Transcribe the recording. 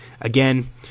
again